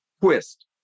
twist